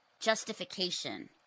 justification